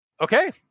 Okay